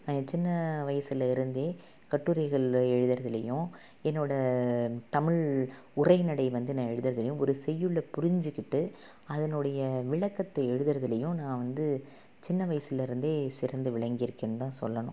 நான் சின்ன வயதுல இருந்தே கட்டுரைகள் எழுதுறதிலையும் என்னோட தமிழ் உரைநடை வந்து நான் எழுதுறதிலையும் ஒரு செய்யுளை புரிஞ்சுக்கிட்டு அதனுடைய விளக்கத்தை எழுதுறதுலையும் நான் வந்து சின்ன வயதுலருந்தே சிறந்து விளங்கியிருக்கேன்தான் சொல்லணும்